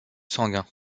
sanguin